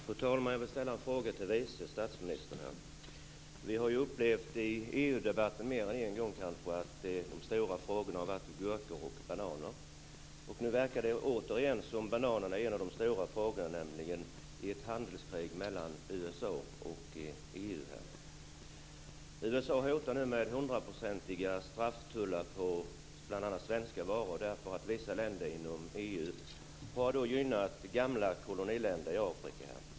Fru talman! Jag vill ställa en fråga till vice statsministern. Vi har upplevt i EU-debatten fler än en gång att de stora frågorna varit gurkor och bananer. Nu verkar det återigen som att bananerna är en av de stora frågorna i ett handelskrig mellan USA och EU. USA hotar nu med 100-procentiga strafftullar på bl.a. svenska varor därför att vissa länder inom EU har gynnat gamla koloniländer i Afrika.